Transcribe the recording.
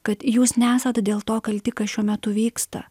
kad jūs nesat dėl to kalti kas šiuo metu vyksta